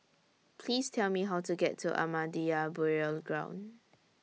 Please Tell Me How to get to Ahmadiyya Burial Ground